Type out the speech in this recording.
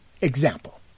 Example